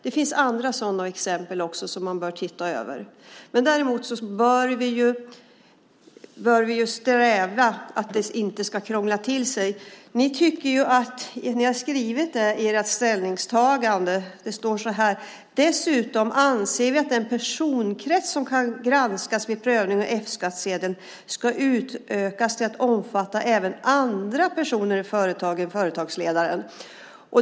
Det finns andra sådana fall också som man bör se över. Däremot bör vi sträva efter att det inte ska krångla till sig. Ni har skrivit i ert ställningstagande att ni dessutom anser att den personkrets som kan granskas vid prövning av F-skatt ska utökas till att omfatta även andra personer i företaget än företagsledaren.